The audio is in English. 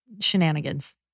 shenanigans